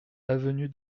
avenue